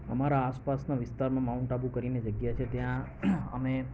અમારા આસપાસના વિસ્તારમાં માઉન્ટ આબુ કરીને જગ્યા છે ત્યાં અમે